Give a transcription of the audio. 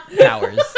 powers